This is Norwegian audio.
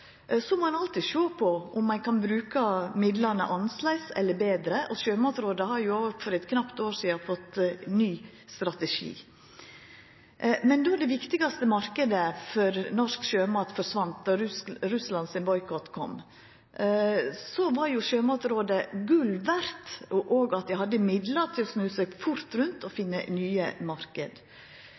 Så må ein alltid sjå på om ein kan bruka midlane annleis eller betre. Sjømatrådet fekk for eit knapt år sidan òg ein ny strategi. Men då den viktigaste marknaden for norsk sjømat forsvann, då boikotten frå Russland kom, var jo Sjømatrådet gull verdt, og dei hadde òg midlar til å snu seg fort rundt og finna nye